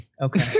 Okay